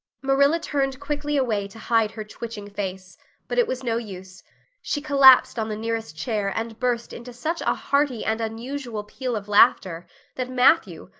marilla turned quickly away to hide her twitching face but it was no use she collapsed on the nearest chair and burst into such a hearty and unusual peal of laughter that matthew,